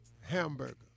Hamburger